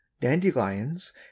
dandelions